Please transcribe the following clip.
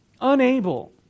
unable